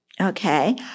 Okay